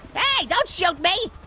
hey, don't shoot me,